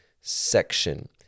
section